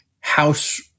House